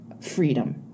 freedom